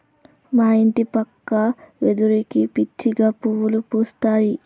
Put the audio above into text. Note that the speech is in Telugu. మా ఇంటి పక్క వెదురుకి పిచ్చిగా పువ్వులు పూస్తాయి